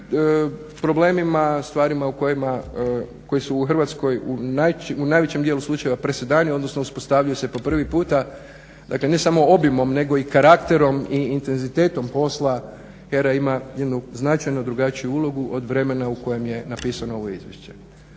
problemima, stvarima koji su u Hrvatskoj u najvećem dijelu slučaja presedani, odnosno uspostavljaju se po prvi puta. Dakle, ne samo obimom nego i karakterom i intenzitetom posla. HERA ima jednu značajno drugačiju ulogu od vremena u kojem je napisano ovo izvješće.